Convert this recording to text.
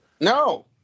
No